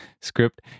script